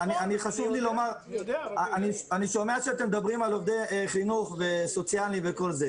אני שומע שאתם מדברים על עובדי חינוך ועובדים סוציאליים וכן הלאה.